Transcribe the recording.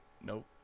Nope